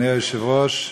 אדוני היושב-ראש,